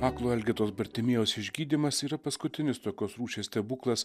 aklo elgetos bartimijaus išgydymas yra paskutinis tokios rūšies stebuklas